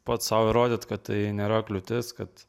pats sau įrodyt kad tai nėra kliūtis kad